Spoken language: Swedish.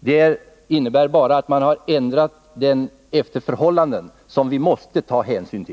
Det innebär bara att man har ändrat den efter förhållanden som vi måste ta hänsyn till.